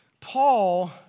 Paul